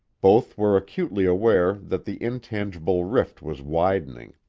both were acutely aware that the intangible rift was widening.